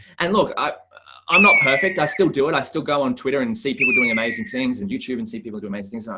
and look, i'm i'm not perfect. i still do it. i still go on twitter and see people doing amazing things and youtube and see people do amazing things.